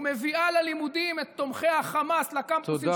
ומביאה ללימודים את תומכי החמאס לקמפוסים